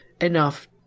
enough